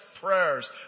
prayers